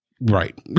Right